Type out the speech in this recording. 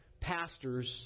pastors